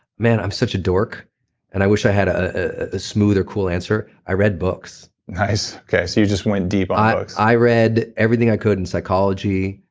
man, i'm such a dork and i wish i had a smoother cool answer. i read books nice. okay, so you just went deep on books i read everything i could in psychology,